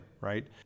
right